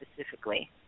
specifically